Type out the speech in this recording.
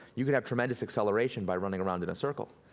you can have tremendous acceleration by running around in a circle.